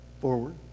forward